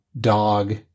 dog